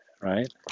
right